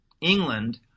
England